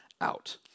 out